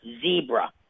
Zebra